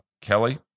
Kelly